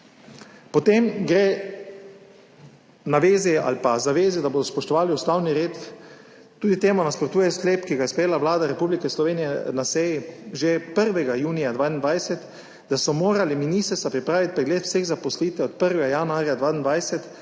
so se zavezali, da bodo spoštovali ustavni red. Tudi temu nasprotuje sklep, ki ga je sprejela Vlada Republike Slovenije na seji že 1. junija 2022, da so morala ministrstva pripraviti pregled vseh zaposlitev od 1. januarja 2022